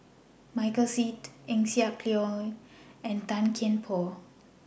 Michael Seet Eng Siak Loy and Tan Kian Por